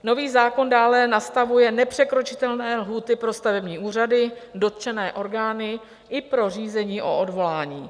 Nový zákon dále nastavuje nepřekročitelné lhůty pro stavební úřady, dotčené orgány i pro řízení o odvolání.